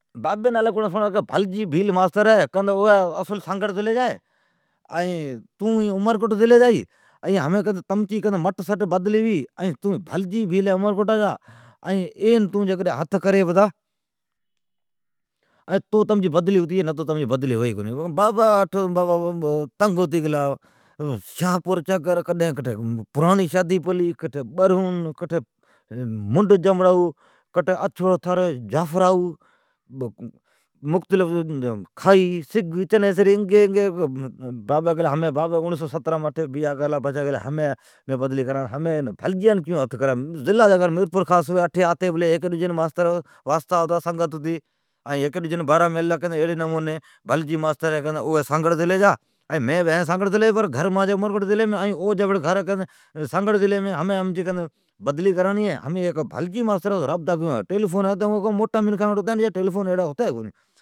بابین الی کڑین کیلی بھلجی بھیل ہے او سانگھڑ ضلعی جا ہے، ائین تون عمرکوٹ ضلعی جا ھی ائین تمچی کین تہ مٹسٹ بدلی ھو سگھی، این تون ھتھ کری تو تمچی بدلی ھتی جائی نتو ھوی ئی کونی۔ بابا پریشان ھتی گلا کڈھن شاھپور چاکر، کڈھن پراڑین شادیپلی، کڈمنڈجمڑائو، سنگ، چنیسر، برو، اچھڑو تھر، کھائی انگی انگی بابی 1970اٹھی بیا کرلا بدلی اٹھی کرین ھمین بھلجیان کیون ھتھ کرین ھوی میرپور ضلعی جی ھمین بھلجی بھیلان کٹھی ھتھ کرون۔ اٹھی آتی پلی ھیکی ڈجیس واستا ھتا، ماستران ڈجان کیلی، بابی کیلی مین ہین سانگھڑ ضلعی جا مانجی گھرین عمرکوٹ ضلعیم او سانگھر ضلعیم او جین گھرین ھی عمرکوت ضلعیم۔ ھمین بدلی کراڑین ہے، ھمین بھلجی ماستران کیون ھتھ کرین، ٹیلی فون ھتی کونی کو موٹی منکھ ھتی او ٹھو ھتی تو خبر نا،